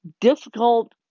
difficult